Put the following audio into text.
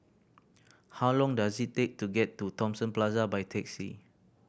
how long does it take to get to Thomson Plaza by taxi